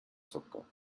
zocker